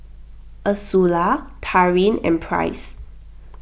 Ursula Taryn and Price